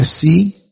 see